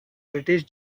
british